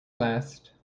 last